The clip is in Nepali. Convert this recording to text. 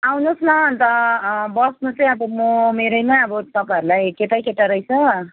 आउनुहोस् न अनि त बस्नु चाहिँ अब म मेरैमा अब तपाईँहरूलाई केटैकेटा रहेछ